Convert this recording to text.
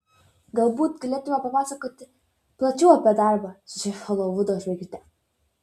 galbūt galėtumėte papasakoti plačiau apie darbą su šia holivudo žvaigžde